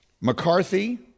McCarthy